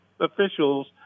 officials